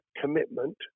commitment